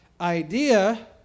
idea